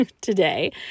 today